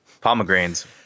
pomegranates